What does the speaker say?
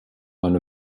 one